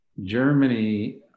Germany